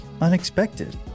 unexpected